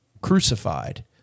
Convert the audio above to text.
crucified